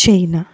China